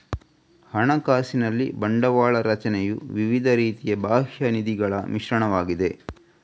ಹಣಕಾಸಿನಲ್ಲಿ ಬಂಡವಾಳ ರಚನೆಯು ವಿವಿಧ ರೀತಿಯ ಬಾಹ್ಯ ನಿಧಿಗಳ ಮಿಶ್ರಣವಾಗಿದೆ